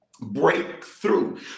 Breakthrough